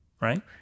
right